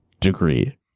degree